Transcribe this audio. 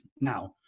now